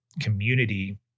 community